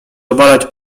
obalać